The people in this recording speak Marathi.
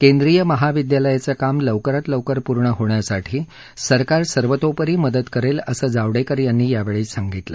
केंद्रीय महाविद्यालयाचं काम लवकरात लवकर पूर्ण होण्यासाठी सरकार सर्वतोपरी मदत करेल असं जावडेकर यावेळी म्हणाले